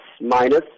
minus